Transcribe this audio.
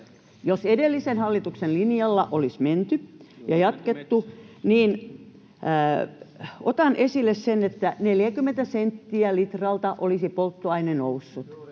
jos edellisen hallituksen linjalla olisi menty ja jatkettu, niin 40 senttiä litralta olisi polttoaine noussut